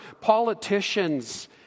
politicians